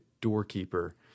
doorkeeper